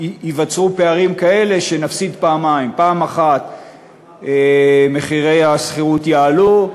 ייווצרו פערים כאלה שנפסיד פעמיים: מחירי השכירות יעלו,